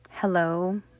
Hello